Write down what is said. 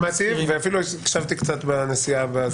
שמעתי, ואפילו הקשבתי קצת בנסיעה.